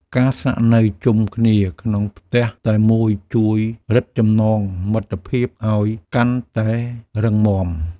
ការស្នាក់នៅជុំគ្នាក្នុងផ្ទះតែមួយជួយរឹតចំណងមិត្តភាពឱ្យកាន់តែរឹងមាំ។